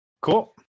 Cool